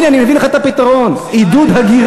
הנה, אני מביא לך את הפתרון, עידוד הגירה.